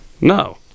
No